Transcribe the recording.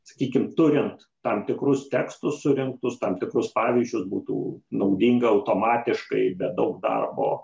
sakykim turint tam tikrus tekstus surinktus tam tikrus pavyzdžius būtų naudinga automatiškai be daug darbo